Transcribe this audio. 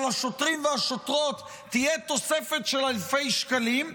השוטרים והשוטרות תהיה תוספת של אלפי שקלים,